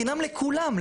בחינם לכולם,